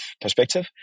perspective